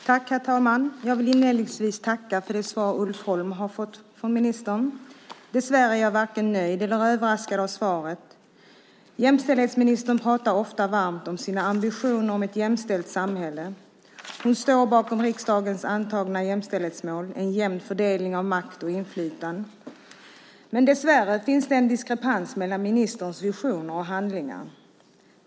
Herr talman! Jag vill inledningsvis tacka för det svar Ulf Holm fått av ministern. Dessvärre är jag varken nöjd eller överraskad av svaret. Jämställdhetsministern talar ofta varmt om sina ambitioner om ett jämställt samhälle. Hon står bakom riksdagens antagna jämställdhetsmål, en jämn fördelning av makt och inflytande. Dessvärre finns det en diskrepans mellan ministerns visioner och handlingar.